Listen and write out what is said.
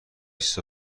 بیست